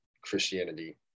christianity